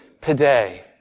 today